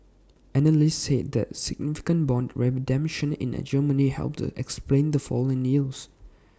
analysts said that A significant Bond redemption in Germany helped explain the fall in yields